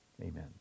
Amen